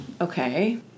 okay